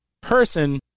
person